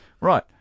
Right